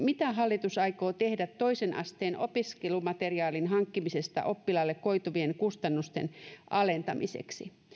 mitä hallitus aikoo tehdä toisen asteen opiskelumateriaalin hankkimisesta oppilaalle koituvien kustannusten alentamiseksi